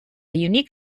unique